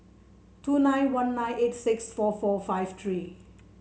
two nine one nine eight six four four five three